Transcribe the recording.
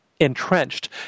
entrenched